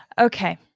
Okay